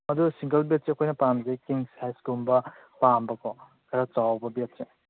ꯑꯗꯨ ꯁꯤꯡꯒꯜ ꯕꯦꯗꯁꯦ ꯑꯩꯈꯣꯏꯅ ꯄꯥꯝꯃꯤꯁꯦ ꯀꯤꯡ ꯁꯥꯏꯖꯀꯨꯝꯕ ꯄꯥꯝꯕꯀꯣ ꯈꯔ ꯆꯥꯎꯕ ꯕꯦꯗꯁꯦ